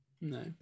No